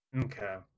Okay